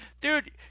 Dude